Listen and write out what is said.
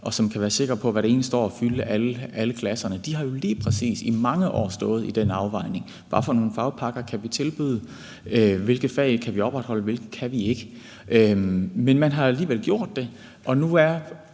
og som kan være sikker på hvert eneste år at fylde alle klasserne – har haft. De har jo lige præcis i mange år stået med den afvejning: Hvad for nogle fagpakker kan vi tilbyde? Hvilke fag kan vi opretholde? Hvilke kan vi ikke? Men man har alligevel gjort det, og nu er